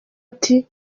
ati